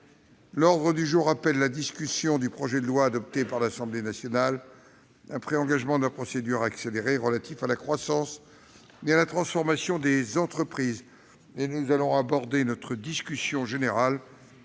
L'ordre du jour appelle la discussion du projet de loi, adopté par l'Assemblée nationale après engagement de la procédure accélérée, relatif à la croissance et la transformation des entreprises (projet n° 28, texte de la commission spéciale